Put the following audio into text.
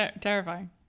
terrifying